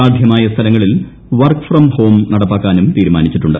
സാധ്യമായ സ്ഥലങ്ങളിൽ work from home നടപ്പാക്കുവാനും തീരുമാനിച്ചിട്ടുണ്ട്